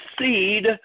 seed